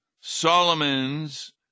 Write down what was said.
Solomon's